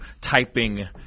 typing